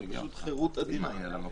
חירות אדירה.